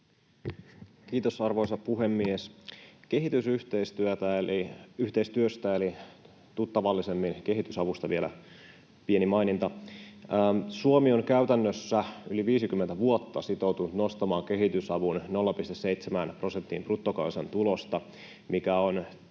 Kiitos, arvoisa puhemies! Kehitysyhteistyöstä eli tuttavallisemmin kehitysavusta vielä pieni maininta: Suomi on käytännössä yli 50 vuotta sitoutunut nostamaan kehitysavun 0,7 prosenttiin bruttokansantulosta. Se on